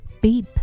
beep